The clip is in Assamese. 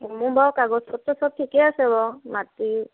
মোৰ বাৰু কাগজ পত্ৰ চব ঠিকেই আছে বাৰু মাটিৰ